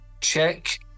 check